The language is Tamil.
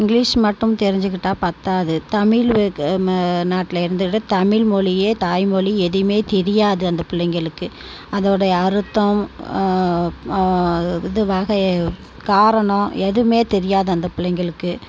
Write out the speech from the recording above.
இங்கிலிஷ் மட்டும் தெரிஞ்சிகிட்டால் பத்தாது தமிழ் நாட்டில் இருந்துகிட்டு தமிழ் மொழியே தாய்மொழி எதையுமே தெரியாது அந்த பிள்ளைங்களுக்கு அதோடய அர்த்தம் இது வகை காரணம் எதுவுமே தெரியாது அந்த பிள்ளைங்களுக்கு